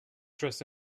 dressed